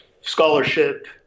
scholarship